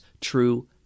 true